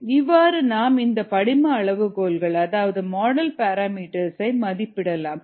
இவ்வாறு நாம் இந்த படிம அளவுகோல்கள் அதாவது மாடல் பாராமீட்டர்ஸ் ஐ மதிப்பிடலாம்